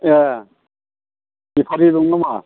ए बेफारि दं नामा